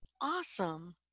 Awesome